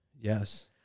Yes